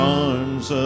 arms